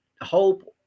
hope